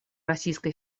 российская